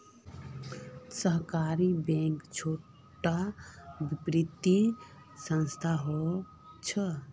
सहकारी बैंक छोटो वित्तिय संसथान होछे